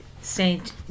Saint